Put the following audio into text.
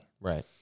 Right